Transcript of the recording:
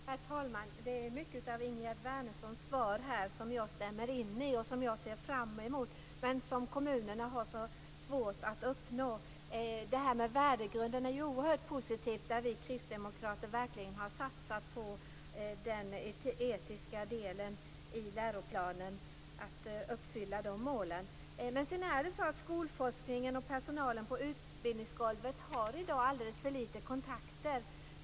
Herr talman! Det är mycket i Ingegerd Wärnerssons svar som jag stämmer in i och som jag ser fram emot men som kommunerna har svårt att uppnå. Det här med värdegrunden är ju oerhört positivt. Där har vi kristdemokrater verkligen satsat på den etiska delen i läroplanen och på att uppfylla de målen. Skolforskningen och personalen på utbildningsgolvet har i dag alldeles för litet kontakter.